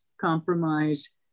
compromise